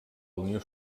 unió